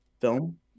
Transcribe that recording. film